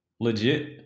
Legit